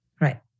Right